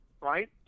right